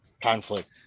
conflict